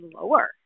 lower